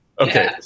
Okay